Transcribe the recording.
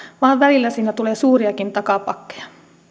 vaan välillä siinä tulee suuriakin takapakkeja